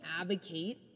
advocate